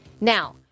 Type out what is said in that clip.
now